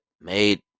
made